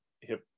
hip